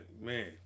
Man